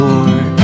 Lord